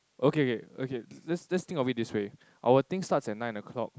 okay okay okay let's let's think of it this way our things starts at nine o'clock